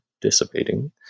dissipating